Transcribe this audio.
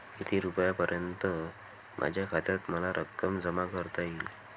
किती रुपयांपर्यंत माझ्या खात्यात मला रक्कम जमा करता येईल?